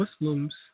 Muslims